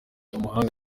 umuhanga